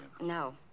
No